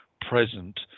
present